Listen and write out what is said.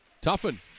Tuffin